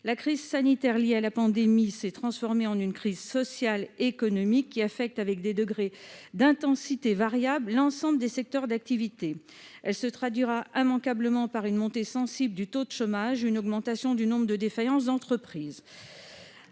La crise sanitaire liée à la pandémie s'est transformée en une crise sociale et économique qui affecte, à des degrés d'intensité variable, l'ensemble des secteurs d'activité. Elle se traduira immanquablement par une montée sensible du taux de chômage et une augmentation du nombre de défaillances d'entreprises.